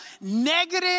negative